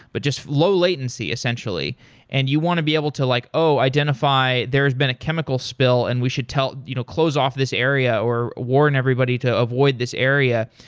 but just low latency essentially and you want to be able to like, oh, identify there has been a chemical spill and we should you know close off this area or warn everybody to avoid this area.